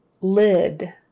lid